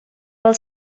pel